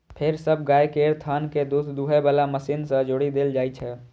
फेर सब गाय केर थन कें दूध दुहै बला मशीन सं जोड़ि देल जाइ छै